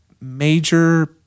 major